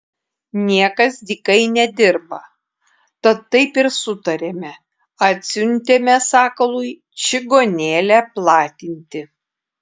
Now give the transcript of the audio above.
niekas dykai nedirba tad taip ir sutarėme atsiuntėme sakalui čigonėlę platinti